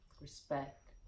Respect